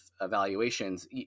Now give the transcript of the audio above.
evaluations